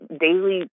daily